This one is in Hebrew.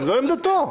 זו עמדתו.